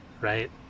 right